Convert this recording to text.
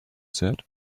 said